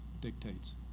dictates